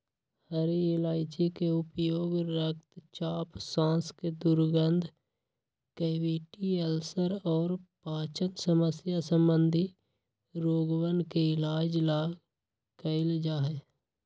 हरी इलायची के उपयोग रक्तचाप, सांस के दुर्गंध, कैविटी, अल्सर और पाचन समस्या संबंधी रोगवन के इलाज ला कइल जा हई